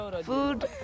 Food